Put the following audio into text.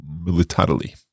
militarily